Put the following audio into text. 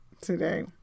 today